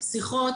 שיחות.